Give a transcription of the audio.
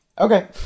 Okay